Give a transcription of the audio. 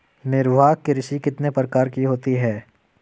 निर्वाह कृषि कितने प्रकार की होती हैं?